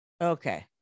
Okay